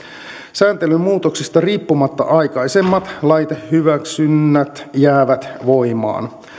sääntelyn muutoksista riippumatta aikaisemmat laitehyväksynnät jäävät voimaan